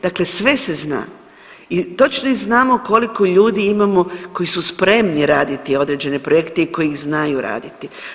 Dakle, sve se zna i točno znamo koliko ljudi imamo koji su spremni raditi određene projekte i koji ih znaju raditi.